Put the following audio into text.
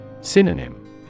Synonym